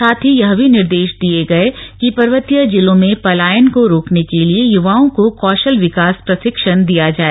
साथ ही यह भी निर्देश दिये गये कि पर्वतीय जिलों में पलायन को रोकने के लिए युवाओं को कौशल विकास प्रशिक्षण दिया जाए